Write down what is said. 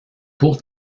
pour